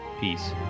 peace